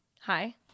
hi